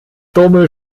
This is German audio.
dumme